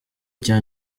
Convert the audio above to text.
cya